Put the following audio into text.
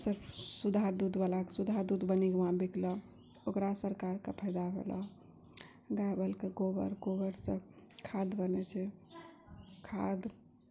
सुधा दूधवला सुधा दूध बनिकऽ वहाँ बिकल ओकरा सरकारके फायदा होअल गाए बैलके गोबर गोबरसँ खाद बनै छै खाद